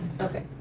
Okay